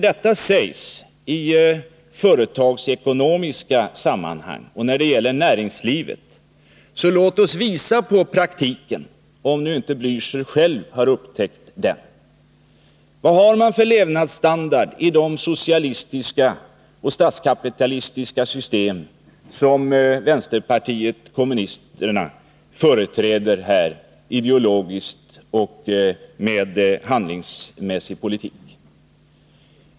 Detta sägs i ett företagsekonomiskt sammanhang då vi debatterar näringslivet. Låt oss då visa på kommunismen i praktiken, om nu inte Raul Blächer själv har upptäckt den. Vad har man för levnadsstandard i de socialistiska och statskapitalistiska system som vänsterpartiet kommunisterna här företräder ideologiskt och handlingspolitiskt.